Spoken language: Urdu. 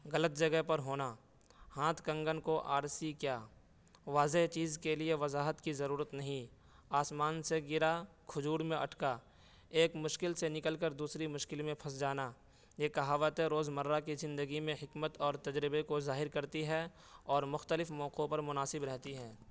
غلط جگہ پر ہونا ہاتھ کنگن کو آرسی کیا واضح چیز کے لیے وضاحت کی ضرورت نہیں آسمان سے گرا کھجور میں اٹکا ایک مشکل سے نکل کر دوسری مشکل میں پھنس جانا یہ کہاوتیں روز مرّہ کی زندگی میں حکمت اور تجربے کو ظاہر کرتی ہے اور مختلف موقعوں پر مناسب رہتی ہیں